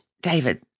David